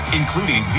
including